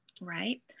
right